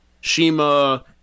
Shima